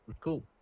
cool